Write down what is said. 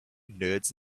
nerds